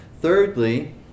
thirdly